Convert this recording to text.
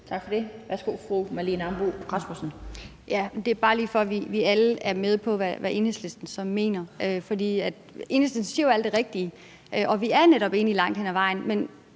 Kl. 12:10 Marlene Ambo-Rasmussen (V): Det er bare lige for, at vi alle er med på, hvad Enhedslisten så mener. Enhedslisten siger jo alt det rigtige, og vi er netop enige langt hen ad vejen,